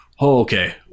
okay